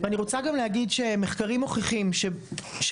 אני רוצה גם להגיד שמחקרים מוכיחים שבמקומות